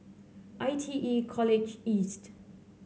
I T E College East